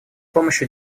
помощью